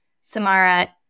Samara